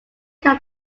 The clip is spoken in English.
can